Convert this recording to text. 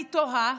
אני תוהה